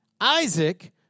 Isaac